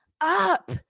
up